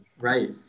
right